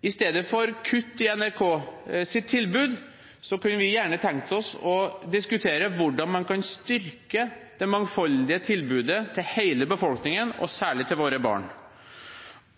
I stedet for kutt i NRKs tilbud kunne vi gjerne tenkt oss å diskutere hvordan man kan styrke det mangfoldige tilbudet til hele befolkningen – særlig til våre barn –